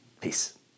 peace